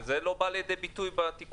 וזה לא בא לידי ביטוי בתיקונים.